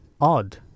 odd